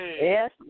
Yes